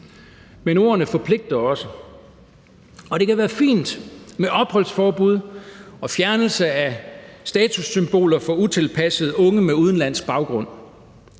Men ordene forpligter også, og det kan være fint med opholdsforbud og fjernelse af statussymboler for utilpassede unge med udenlandsk baggrund,